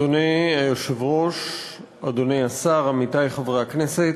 אדוני היושב-ראש, אדוני השר, עמיתי חברי הכנסת,